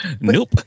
Nope